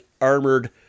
armored